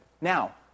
Now